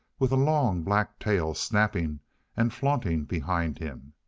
with a long, black tail snapping and flaunting behind him,